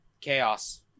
chaos